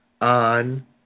on